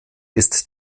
ist